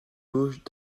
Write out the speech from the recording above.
gauche